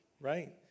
right